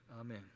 Amen